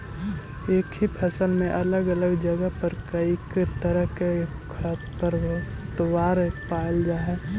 एक ही फसल में अलग अलग जगह पर कईक तरह के खरपतवार पायल जा हई